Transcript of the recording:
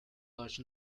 large